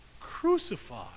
crucified